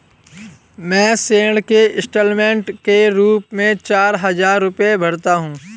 मैं ऋण के इन्स्टालमेंट के रूप में चार हजार रुपए भरता हूँ